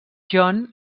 john